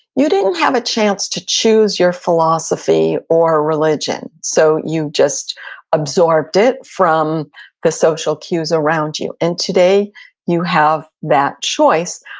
you didn't have a chance to choose your philosophy or religion, so you just absorbed it from the social cues around you. and today you have that choice,